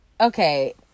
Okay